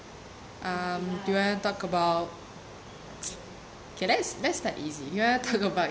um do I talk about can I let's start easy you want to talk about